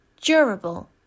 durable